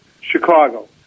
Chicago